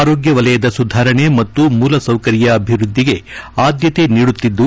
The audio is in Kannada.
ಆರೋಗ್ಯ ವಲಯದ ಸುಧಾರಣೆ ಮತ್ತು ಮೂಲ ಸೌಕರ್ಯ ಅಭಿವೃದ್ಧಿಗೆ ಆದ್ಯತೆ ನೀಡುತ್ತಿದ್ದು